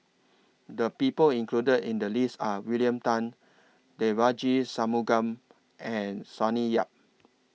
The People included in The list Are William Tan Devagi Sanmugam and Sonny Yap